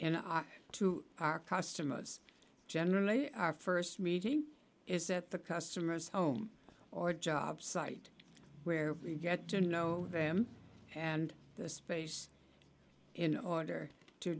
our to our customers generally our first meeting is that the customer's home or jobsite where we get to know them and the space in order to